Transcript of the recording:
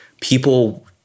People